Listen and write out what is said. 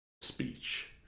speech